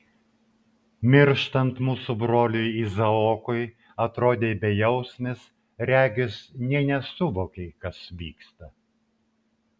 mirštant mūsų broliui izaokui atrodei bejausmis regis nė nesuvokei kas vyksta